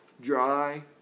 dry